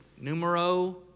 numero